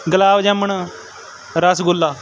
ਗੁਲਾਬ jamun rasgulla